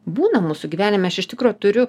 būna mūsų gyvenime aš iš tikro turiu